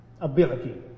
ability